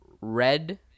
red